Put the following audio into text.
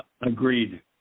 Agreed